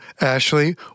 Ashley